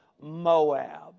Moab